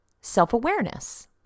self-awareness